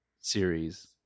series